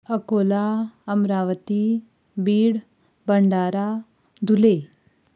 Akola Amravati Beed Bhandara Dhule